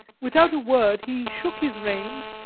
without a word he shook his reins,